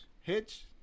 Hitch